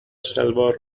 شلوار